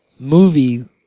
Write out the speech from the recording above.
movie